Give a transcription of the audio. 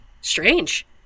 strange